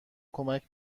کمک